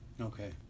Okay